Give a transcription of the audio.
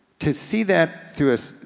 to see that through a,